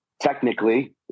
technically